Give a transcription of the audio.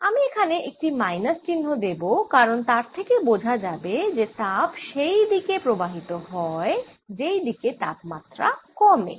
আমি এখানে একটি মাইনাস চিহ্ন দেব কারণ তার থেকে বোঝা যাবে যে তাপ সেই দিকে প্রবাহিত হয় যেই দিকে তাপমাত্রা কমে